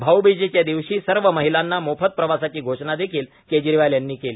भाऊबीजच्या दिवशी सर्व महिलांना मोफत प्रवासाची घोषणा देखील केजरीवाल यांनी केली